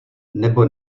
nebo